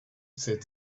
said